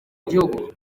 igihugu